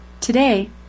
Today